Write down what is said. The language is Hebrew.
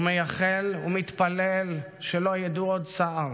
ומייחל ומתפלל שלא ידעו עוד צער